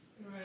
Right